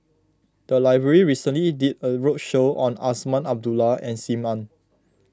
the library recently did a roadshow on Azman Abdullah and Sim Ann